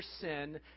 sin